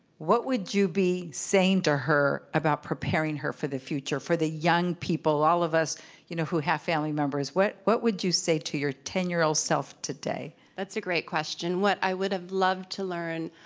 what would you be saying to her about preparing her for the future, for the young people, all of us you know who have family members? what what would you say to your ten year old self today? rachel that's a great question. what i would have loved to learn